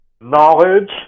knowledge